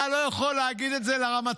אתה לא יכול להגיד את זה לרמטכ"ל.